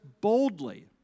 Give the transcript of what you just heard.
boldly